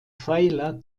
pfeiler